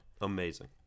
Amazing